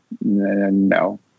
no